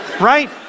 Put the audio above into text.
right